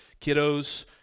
kiddos